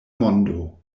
mondo